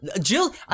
Jill